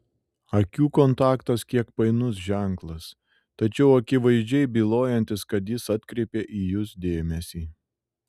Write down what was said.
akių kontaktas kiek painus ženklas tačiau akivaizdžiai bylojantis kad jis atkreipė į jus dėmesį